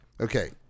okay